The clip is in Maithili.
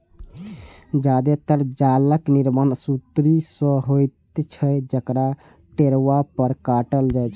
जादेतर जालक निर्माण सुतरी सं होइत छै, जकरा टेरुआ पर काटल जाइ छै